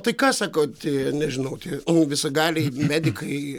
tai ką sako tie nežinau tie visagaliai medikai